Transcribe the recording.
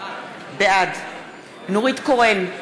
בעד נורית קורן,